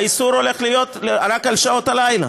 האיסור הולך להיות רק על שעות הלילה.